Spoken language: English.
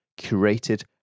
curated